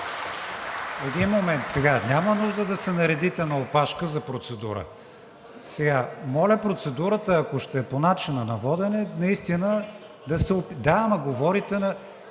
Един момент, сега, няма нужда да се наредите на опашка за процедура. Моля, процедурата, ако ще е по начина на водене, наистина да се... Да, ама говорите на...